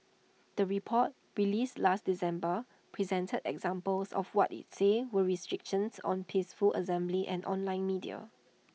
the report released last December presented examples of what IT said were restrictions on peaceful assembly and online media